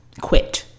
quit